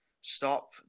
stop